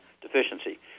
deficiency